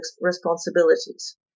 responsibilities